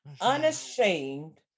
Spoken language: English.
unashamed